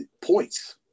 points